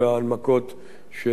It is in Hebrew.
שהושמעו כאן.